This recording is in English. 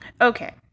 Okay